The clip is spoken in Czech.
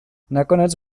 nakonec